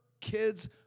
kids